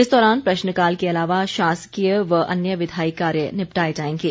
इस दौरान प्रश्नकाल के अलावा शासकीय व अन्य विधायी कार्य निपटाए जाएंगे